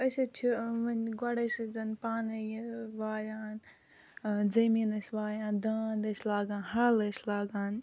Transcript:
أسۍ حظ چھِ وۄنۍ گۄڈٕ ٲسۍ زَن پانَے یہِ وایان زٔمیٖن ٲسۍ وایان دانٛد ٲسۍ لاگان حل ٲسۍ لاگان